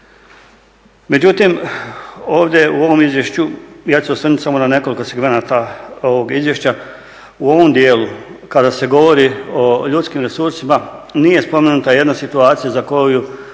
Međutim ovdje u ovom izvješću ja ću se osvrnuti samo na nekoliko segmenata ovog izvješća. U ovom dijelu kada se govori o ljudskim resursima nije spomenuta jedna situacija za koju